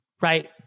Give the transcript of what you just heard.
Right